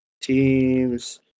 teams